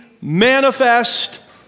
Manifest